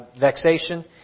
vexation